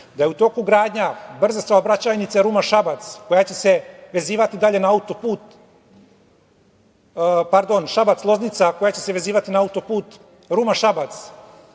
evra. U toku je gradnja brze saobraćajnice Ruma-Šabac, koja će se vezivati dalje na auto-put, pardon Šabac-Loznica, koja će se vezivati na auto-put Ruma-Šabac,